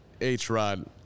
H-Rod